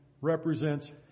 represents